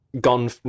gone